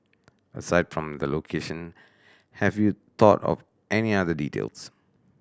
aside from the location have you thought of any other details